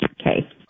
Okay